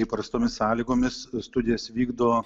įprastomis sąlygomis studijas vykdo